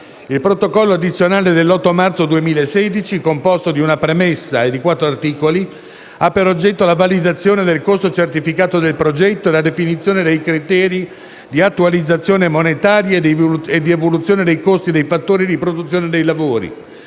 Il Protocollo addizionale dell'8 marzo 2016, composto di una premessa e di quattro articoli, ha per oggetto la validazione del costo certificato del progetto e la definizione dei criteri di attualizzazione monetaria e di evoluzione dei costi dei fattori di produzione dei lavori.